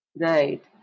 Right